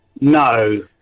no